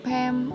Pam